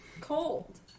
Cold